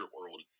world